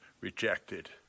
rejected